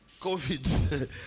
COVID